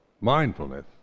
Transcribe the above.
mindfulness